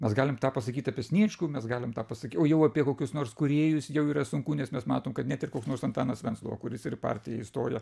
mes galim tą pasakyt apie sniečkų mes galim tą pasakiau jau apie kokius nors kūrėjus jau yra sunku nes mes matom kad net ir koks nors antanas venclova kuris ir į partiją įstojo